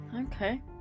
Okay